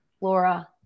Laura